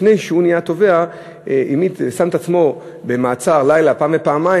שלפני שהוא נהיה תובע הוא שם את עצמו במעצר לילה פעם ופעמיים,